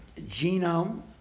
genome